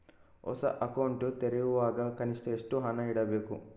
ಹೊಸ ಅಕೌಂಟ್ ತೆರೆಯುವಾಗ ಕನಿಷ್ಠ ಎಷ್ಟು ಹಣ ಇಡಬೇಕು?